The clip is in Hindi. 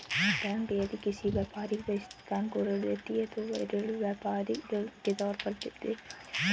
बैंक यदि किसी व्यापारिक प्रतिष्ठान को ऋण देती है तो वह ऋण व्यापारिक ऋण के तौर पर देखा जाता है